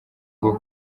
ngo